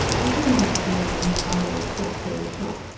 as he lighted ned and his bundle of stuff through the shop,